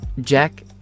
Jack